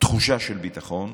תחושה של ביטחון,